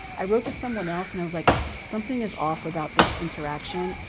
i wrote to someone else and i was like something is off about this interaction.